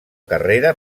carrera